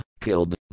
killed